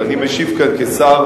אבל אני משיב כאן כשר,